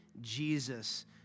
Jesus